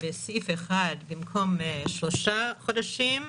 בסעיף 1 במקום "שלושה חודשים",